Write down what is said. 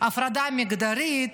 בהפרדה מגדרית,